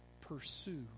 pursue